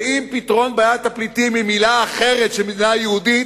ואם פתרון בעיית הפליטים הוא מלה אחרת למדינה יהודית,